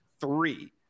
three